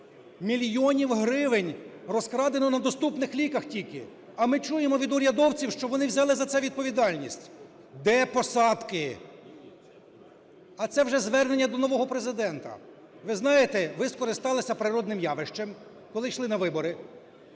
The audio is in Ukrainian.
Мільйони гривень розкрадено на "Доступних ліках" тільки. А ми чуємо від урядовців, що вони взяли за це відповідальність. Де посадки? А це вже звернення до нового Президента. Ви знаєте, ви скористалися природним явищем, коли йшли на вибори.